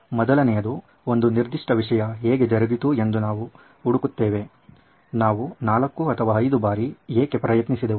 ಮೊದಲನೆಯದು ಒಂದು ನಿರ್ದಿಷ್ಟ ವಿಷಯ ಹೇಗೆ ಜರುಗಿತು ಎಂದು ನಾವು ಹುಡುಕುತ್ತೇವೆ ನಾವು 4 ಅಥವಾ 5 ಬಾರಿ ಏಕೆ ಪ್ರಯತ್ನಿಸಿದೆವು